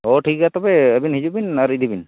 ᱚ ᱴᱷᱤᱠ ᱜᱮᱭᱟ ᱛᱚᱵᱮ ᱟᱵᱮᱱ ᱦᱤᱡᱩᱜ ᱵᱤᱱ ᱟᱨ ᱤᱫᱤ ᱵᱤᱱ